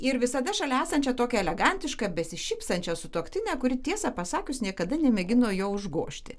ir visada šalia esančią tokią elegantišką besišypsančią sutuoktinę kuri tiesą pasakius niekada nemėgino jo užgožti